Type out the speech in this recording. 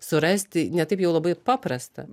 surasti ne taip jau labai ir paprasta